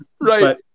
right